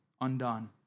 undone